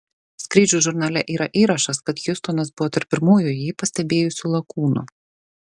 skrydžių žurnale yra įrašas kad hiustonas buvo tarp pirmųjų jį pastebėjusių lakūnų